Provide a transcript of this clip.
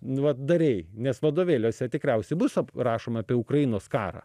nu va darei nes vadovėliuose tikriausiai bus aprašoma apie ukrainos karą